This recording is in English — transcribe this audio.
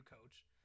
coach